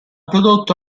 prodotto